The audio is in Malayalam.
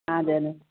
ആ അതെ അതെ